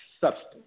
substance